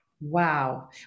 Wow